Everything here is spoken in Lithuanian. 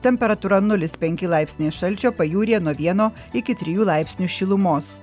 temperatūra nulis penki laipsniai šalčio pajūryje nuo vieno iki trijų laipsnių šilumos